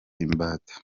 imbata